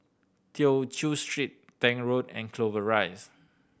Tew Chew Street Tank Road and Clover Rise